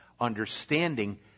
understanding